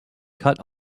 cut